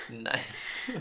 Nice